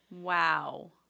Wow